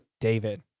David